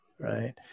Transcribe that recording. Right